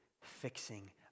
fixing